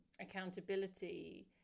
accountability